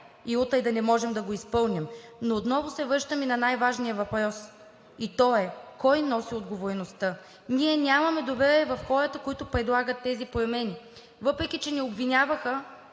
и утре да не можем да го изпълним. Отново се връщаме на най-важния въпрос и той е кой носи отговорността? Ние нямаме доверие на хората, които предлагат тези промени, въпреки че ни обвиняваха